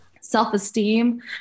self-esteem